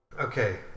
Okay